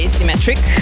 Symmetric